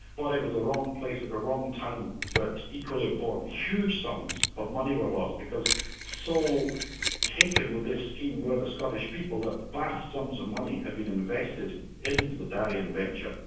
but it was the wrong place at the wrong time, but equally important, huge sums of money were lost because so taken with this scheme were the scottish people that vast sums of money had been invested in the darien venture,